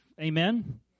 amen